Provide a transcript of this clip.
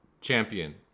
champion